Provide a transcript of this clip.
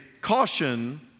caution